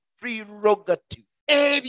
prerogative